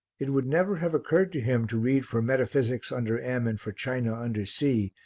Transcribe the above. it would never have occurred to him to read for metaphysics under m and for china under c,